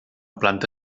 planta